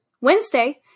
wednesday